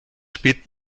spielt